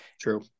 True